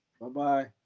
Bye-bye